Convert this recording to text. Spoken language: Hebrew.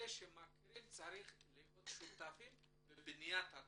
אלה שמכירים צריכים להיות שותפים בבניית התכנית.